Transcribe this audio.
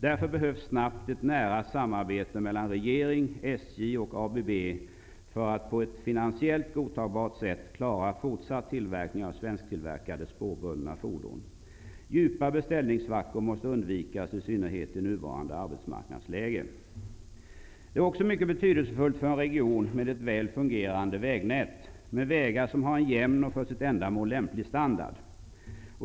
Därför behövs snabbt ett nära samarbete mellan regering, SJ och ABB för att på ett finansiellt godtagbart sätt klara fortsatt tillverkning av svensktillverkade spårbundna fordon. Djupa beställningssvackor måste undvikas, i synnerhet i nuvarande arbetsmarknadsläge. Det är också mycket betydelsefullt för en region med ett väl fungerande vägnät, med vägar som har en jämn och för sitt ändamål lämplig standard.